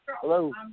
Hello